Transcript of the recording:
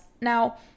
Now